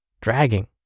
dragging